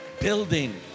building